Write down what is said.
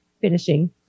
finishing